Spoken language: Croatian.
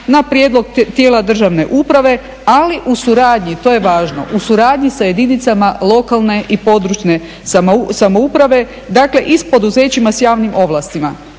na prijedlog tijela državne uprave, ali u suradnji, to je važno, u suradnji sa jedinicama lokalne i područne samouprave, dakle i s poduzećima s javnim ovlastima,